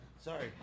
Sorry